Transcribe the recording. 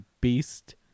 beast